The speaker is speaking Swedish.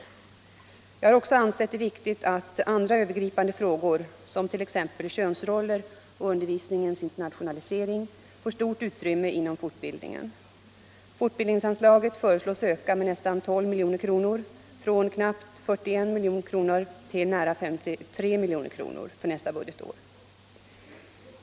Jag har också ansett det viktigt att andra övergripande frågor, som t.ex. könsroller och undervisningens internationalisering, får stort utrymme inom fortbildningen. Fortbildningsanslaget föreslås öka med nästan 12 milj.kr., från knappt 41 milj.kr. till nära 53 milj.kr.. för nästa budgetår.